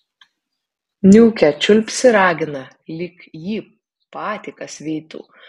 niūkia čiulpsi ragina lyg jį patį kas vytų